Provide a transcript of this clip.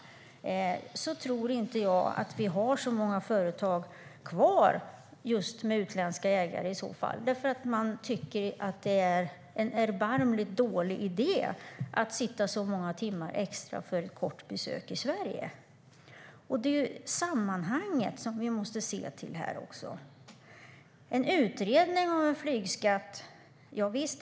I så fall tror inte jag att vi kommer att ha så många företag med utländska ägare kvar eftersom de tycker att det är en erbarmligt dålig idé att sitta så många timmar extra för ett kort besök i Sverige. Vi måste också se till sammanhanget. Visst kan man göra en utredning av en flygskatt.